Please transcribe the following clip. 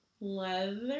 leather